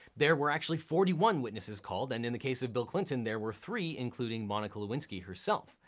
there were actually forty one witnesses called. and in the case of bill clinton, there were three, including monica lewinsky herself.